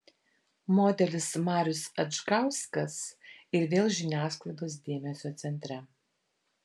modelis marius adžgauskas ir vėl žiniasklaidos dėmesio centre